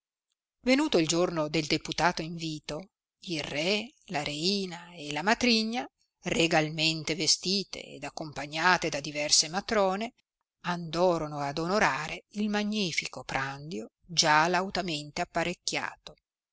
venuto il giorno del deputato invito il re la reina e la matrigna regalmente vestite ed accompagnate da diverse matrone andorono ad onorare il magnifico prandio già lautamente apparecchiato